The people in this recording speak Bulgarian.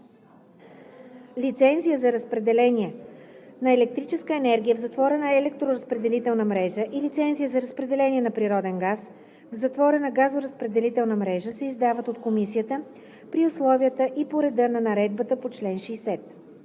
Лицензия за разпределение на електрическа енергия в затворена електроразпределителна мрежа и лицензия за разпределение на природен газ в затворена газоразпределителна мрежа се издават от комисията при условията и по реда на наредбата по чл. 60.“